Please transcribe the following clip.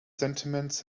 sentiments